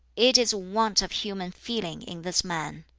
it is want of human feeling in this man.